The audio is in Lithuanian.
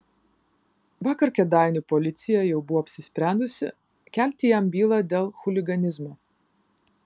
vakar kėdainių policija jau buvo apsisprendusi kelti jam bylą dėl chuliganizmo